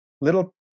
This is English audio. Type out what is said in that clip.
little